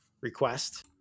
request